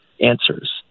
answers